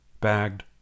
bagged